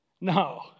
No